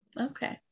Okay